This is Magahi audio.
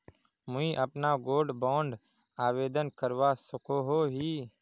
मुई अपना गोल्ड बॉन्ड आवेदन करवा सकोहो ही?